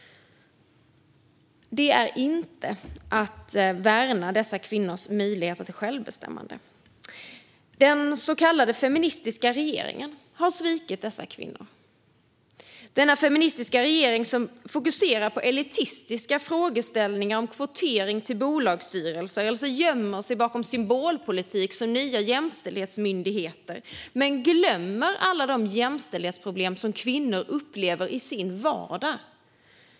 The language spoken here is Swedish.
Det är inte att värna dessa kvinnors möjligheter till självbestämmande. Den så kallade feministiska regeringen har svikit dessa kvinnor - den feministiska regering som fokuserar på elitistiska frågeställningar om kvotering till bolagsstyrelser eller gömmer sig bakom symbolpolitik som nya jämställdhetsmyndigheter men som glömmer alla de jämställdhetsproblem som kvinnor upplever i sin vardag.